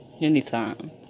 Anytime